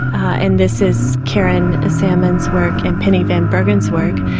and this is karen ah salmon's work and penny van bergen's work,